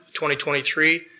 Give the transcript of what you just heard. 2023